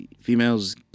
females